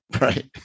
right